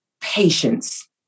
Patience